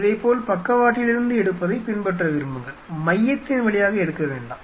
இதைபோல் பக்கவாட்டிலிருந்து எடுப்பதை பின்பற்ற விரும்புங்கள் மையத்தின் வழியாக எடுக்க வேண்டாம்